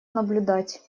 наблюдать